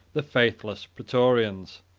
the faithless praetorians,